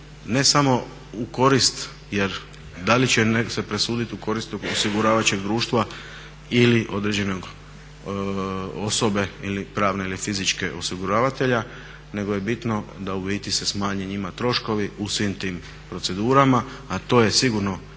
ne samo u korist, jer da li će se presuditi u korist tog osiguravajućeg društva ili određene osobe ili pravne ili fizičke osiguravatelja, nego je bitno da u biti se smanji njima troškovi u svim tim procedurama. A to je sigurno